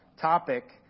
topic